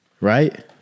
Right